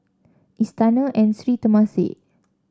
Istana and Sri Temasek